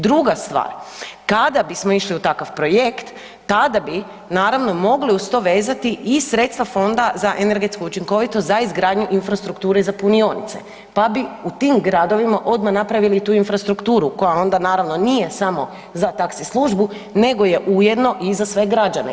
Druga stvar kada bismo išli u takav projekt tada bi naravno mogli uz to vezati i sredstva Fonda za energetsku učinkovitost za izgradnju infrastrukture za punionice, pa bi u tim gradovima odmah napravili i tu infrastrukturu koja onda naravno nije samo za taksi službu nego je ujedno i za sve građane.